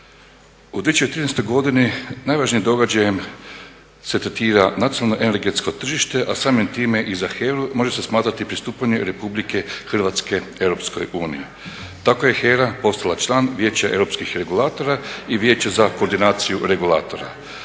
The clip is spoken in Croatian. U 2013. godini najvažnijim događajem se tretira nacionalno energetsko tržište, a samim time i za HERA-u može se smatrati pristupanje Republike Hrvatske EU. Tako je HERA postala član Vijeća europskih regulatora i Vijeća za koordinaciju regulatora.